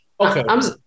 Okay